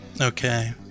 Okay